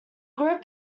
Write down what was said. group